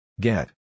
Get